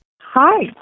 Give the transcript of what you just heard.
Hi